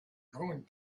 going